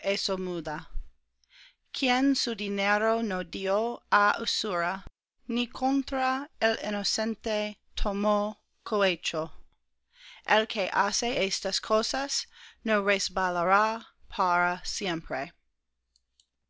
muda quien su dinero no dió á usura ni contra el inocente tomó cohecho el que hace estas cosas no resbalará para siempre